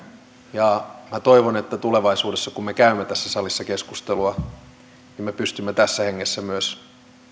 minä toivon että tulevaisuudessa kun me käymme tässä salissa keskustelua me pystymme tässä hengessä myös